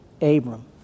Abram